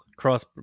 cross